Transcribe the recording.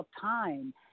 time